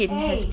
eh